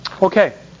Okay